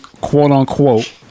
quote-unquote